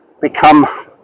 become